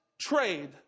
trade